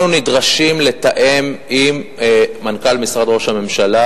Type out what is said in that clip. אנחנו נדרשים לתאם עם מנכ"ל משרד ראש הממשלה